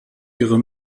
ihre